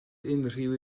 unrhyw